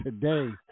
Today